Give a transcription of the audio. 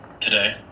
today